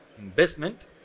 investment